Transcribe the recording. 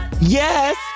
Yes